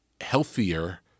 healthier